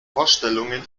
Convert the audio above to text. vorstellungen